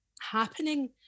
happening